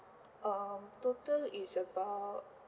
um total is about